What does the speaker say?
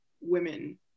women